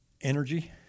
Energy